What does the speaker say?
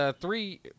three